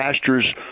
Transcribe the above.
pastures